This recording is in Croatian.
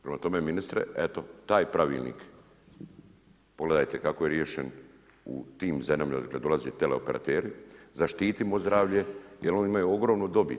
Prema tome, ministre, taj Pravilnik pogledajte kako je riješen u tim zemljama odakle dolaze teleoperateri, zaštitimo zdravlje jer oni imaju ogromnu dobit.